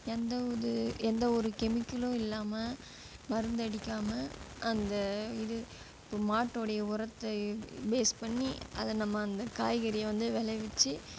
எந்த ஒது எந்த ஒரு கெமிக்கலும் இல்லாமல் மருந்து அடிக்காமல் அந்த இது ஒரு மாட்டோடைய உரத்தை பேஸ் பண்ணி அதை நம்ம அந்த காய்கறியை வந்து விளைய வச்சு